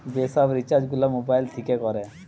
যে সব রিচার্জ গুলা মোবাইল থিকে কোরে